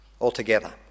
altogether